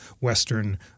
Western